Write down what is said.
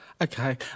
Okay